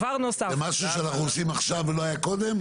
זה משהו שאנחנו עכשיו ולא היה קודם?